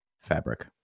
fabric